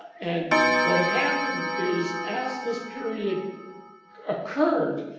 and what happened is as this period occurred,